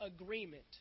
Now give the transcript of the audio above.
agreement